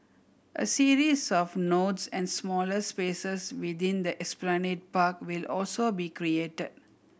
a series of nodes and smaller spaces within the Esplanade Park will also be created